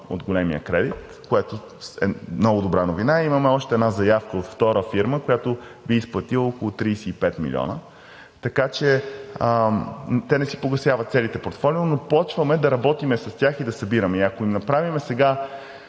от големия кредит, което е много добра новина, имаме още една заявка от втора фирма, която би изплатила около 35 милиона. Така че те не си погасяват целите портфолиа, но започваме да работим с тях и да събираме. И ако им направим сега